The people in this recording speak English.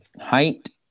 Height